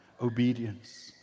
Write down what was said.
Obedience